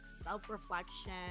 self-reflection